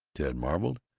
ted marveled,